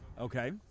Okay